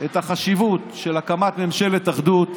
את החשיבות של הקמת ממשלת אחדות,